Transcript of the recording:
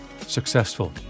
successful